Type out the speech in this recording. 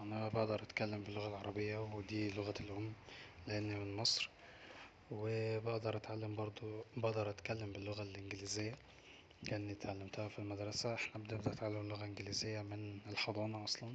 ان أنا بقدر اتكلم اللغه العربيه ودي لغتي الام لأن أنا من مصر وبقدر اتعلم برضو بقدر اتكلم باللغة الإنجليزية لاني اتعلمتها احنا بنبدا نتعلم اللغه الانجليزيه من الحضانة اصلا